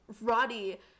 Roddy